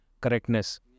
correctness